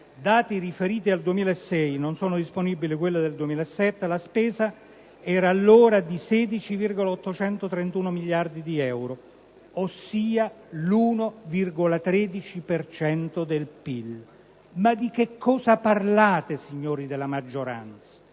dati riferiti al 2006 (non sono disponibili quelli relativi al 2007) indicano che la spesa era allora di 16,831 miliardi di euro, ossia l'1,13 per cento del PIL. Ma di che cosa parlate, signori della maggioranza?